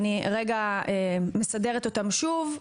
אני אסדר אותן שוב.